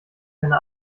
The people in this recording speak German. henne